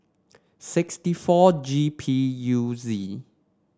sixty four G P U Z